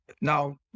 Now